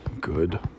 good